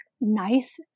nice